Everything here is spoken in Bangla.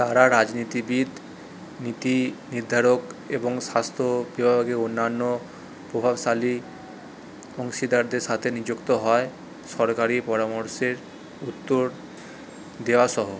তারা রাজনীতিবিদ নীতিনির্ধারক এবং স্বাস্থ্য বিভাগীয় অন্যান্য প্রভাবশালী অংশীদারদের সাথে নিযুক্ত হয় সরকারি পরামর্শের উত্তর দেওয়া সহ